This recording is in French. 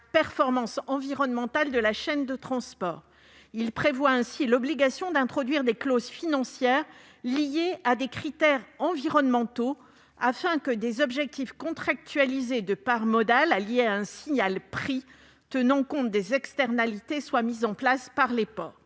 performance environnementale de la chaîne de transport. Il prévoit ainsi l'obligation d'introduire des clauses financières liées à des critères environnementaux, afin que des objectifs contractualisés de part modale, conjugués à un signal prix tenant compte des externalités, soient mis en place par les ports.